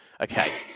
Okay